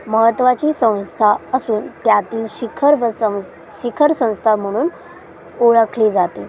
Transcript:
महत्त्वाची संस्था असून त्यातील शिखर व संस शिखर संस्था म्हणून ओळखली जाते